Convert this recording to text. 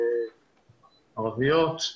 ערביות,